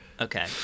Okay